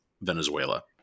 Venezuela